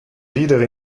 wieder